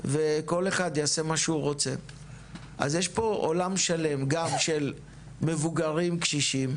וכל אחד יעשה מה שהוא רוצה אז יש פה עולם שלם גם של מבוגרים קשישים,